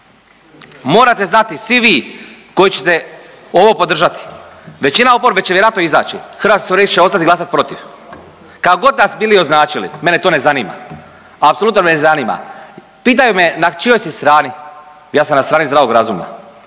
morate znati svi vi koji ćete ovo podržati, većina oporbe će vjerojatno izaći, Hrvatski suverenisti će ostati glasati protiv. Kako god nas bili označili, mene to ne zanima, apsolutno ne zanima. Pitaju me na čijoj si strani. Ja sam na strani zdravog razuma.